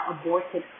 aborted